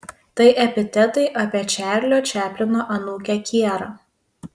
tai epitetai apie čarlio čaplino anūkę kierą